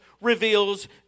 reveals